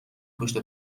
پشت